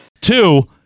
Two